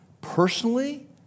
Personally